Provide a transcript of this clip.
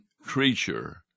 creature